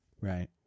Right